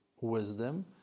wisdom